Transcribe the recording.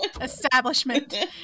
establishment